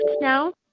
now